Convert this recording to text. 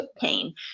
pain